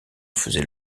faisait